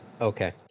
Okay